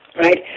right